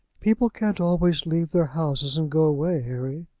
people can't always leave their houses and go away, harry.